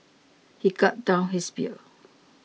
he gulped down his beer